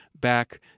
back